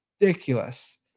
ridiculous